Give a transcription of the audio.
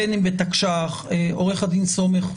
בין אם בתקש"ח, עו"ד סומך,